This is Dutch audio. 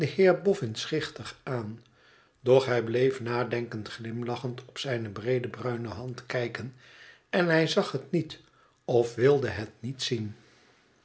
schichtig aan doch hij bleef nadenkend slimlachend op zijne breede bruine hand kijken en hij zag het niet of wilde het niet zien